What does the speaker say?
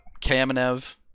Kamenev